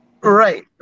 Right